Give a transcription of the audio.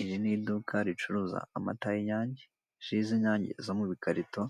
Iri ni iduka ricuruza amata y'inyange, ji z'inyange zo mu bikarito